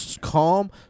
calm